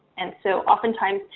and so oftentimes,